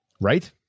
right